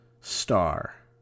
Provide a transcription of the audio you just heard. star